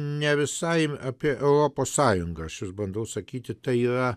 ne visai apie europos sąjungą aš vis bandau sakyti tai yra